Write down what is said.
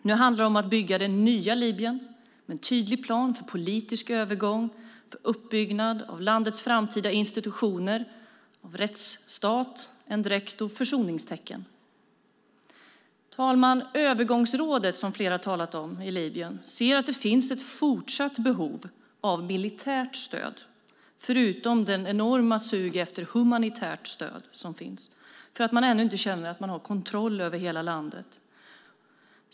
Nu handlar det om att bygga det nya Libyen, om en tydlig plan för politisk övergång, för uppbyggande av landets framtida institutioner, rättsstat, endräkt och försoningstecken. Herr talman! Övergångsrådet i Libyen, som flera har talat om, ser att det finns ett fortsatt behov av militärt stöd, förutom det enorma sug efter humanitärt stöd som finns, för att man ännu inte känner att man har kontroll över hela landet.